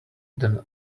than